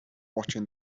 watching